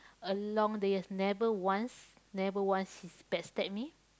along the years never once never once she backstab me